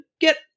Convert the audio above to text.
get